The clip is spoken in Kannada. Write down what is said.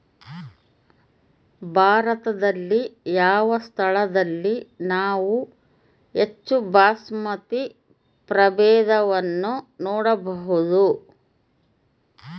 ಭಾರತದಲ್ಲಿ ಯಾವ ಸ್ಥಳದಲ್ಲಿ ನಾವು ಹೆಚ್ಚು ಬಾಸ್ಮತಿ ಪ್ರಭೇದವನ್ನು ನೋಡಬಹುದು?